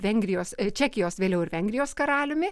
vengrijos čekijos vėliau ir vengrijos karaliumi